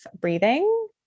breathing